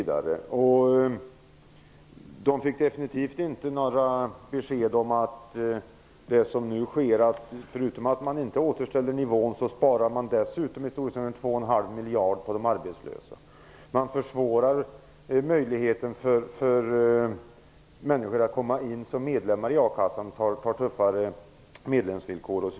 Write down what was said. De fick definitivt inte några besked om det som nu sker. Förutom att man inte återställer nivån sparar man dessutom i storleksordningen två och en halv miljarder på de arbetslösa. Man försvårar människors möjlighet att komma in som medlemmar i a-kassan. Det är tuffare medlemsvillkor.